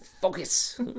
Focus